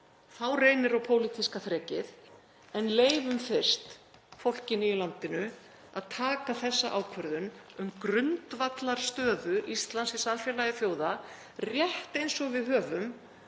Þá reynir á pólitíska þrekið. En leyfum fyrst fólkinu í landinu að taka þessa ákvörðun um grundvallarstöðu Íslands í samfélagi þjóða, rétt eins og við höfum